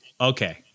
Okay